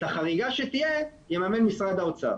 את החריגה שתהיה יממן משרד האוצר'